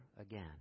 again